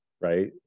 right